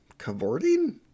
Cavorting